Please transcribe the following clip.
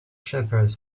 shepherds